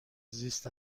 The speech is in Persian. زیست